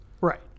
Right